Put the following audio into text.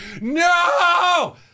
No